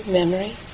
memory